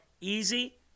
easy